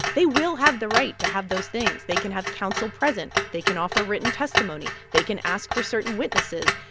they will have the right to have those things. they can have counsel present. they can offer written testimony. they can ask for certain witnesses.